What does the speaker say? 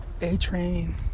A-Train